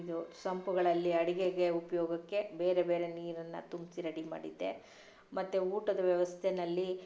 ಇದು ಸಂಪುಗಳಲ್ಲಿ ಅಡಿಗೆಗೆ ಉಪಯೋಗಕ್ಕೆ ಬೇರೆ ಬೇರೆ ನೀರನ್ನು ತುಂಬ್ಸಿ ರೆಡಿ ಮಾಡಿದ್ದೆ ಮತ್ತು ಊಟದ ವ್ಯವಸ್ಥೆನಲ್ಲಿ